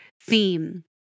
theme